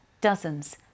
Dozens